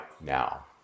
now